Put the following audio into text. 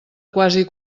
quasi